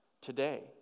today